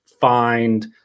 find